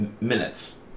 minutes